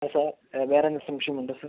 ആ സാർ വേറെ സംശയമുണ്ടോ സാർ